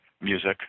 music